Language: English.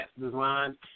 Design